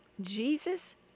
Jesus